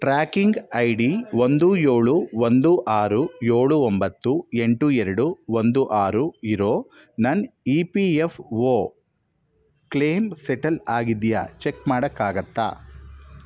tracking I D ಒಂದು ಏಳು ಒಂದು ಆರು ಏಳು ಒಂಬತ್ತು ಎಂಟು ಎರಡು ಒಂದು ಆರು ಇರೋ ನನ್ನ E P F O claim settle ಆಗಿದೆಯಾ ಚೆಕ್ ಮಾಡೋಕ್ಕಾಗತ್ತಾ